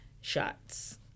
shots